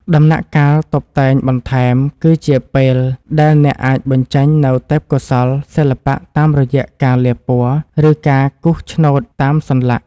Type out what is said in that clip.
ដំណាក់កាលតុបតែងបន្ថែមគឺជាពេលដែលអ្នកអាចបញ្ចេញនូវទេពកោសល្យសិល្បៈតាមរយៈការលាបពណ៌ ឬការគូសឆ្នូតតាមសន្លាក់។